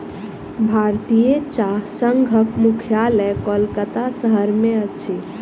भारतीय चाह संघक मुख्यालय कोलकाता शहर में अछि